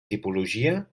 tipologia